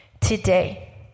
today